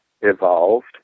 evolved